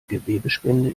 gewebespende